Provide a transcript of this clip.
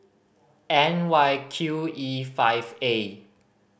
N Y Q E five A